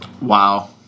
Wow